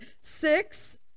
six